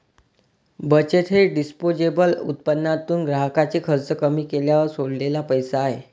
बचत हे डिस्पोजेबल उत्पन्नातून ग्राहकाचे खर्च कमी केल्यावर सोडलेला पैसा आहे